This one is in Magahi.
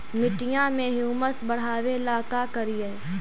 मिट्टियां में ह्यूमस बढ़ाबेला का करिए?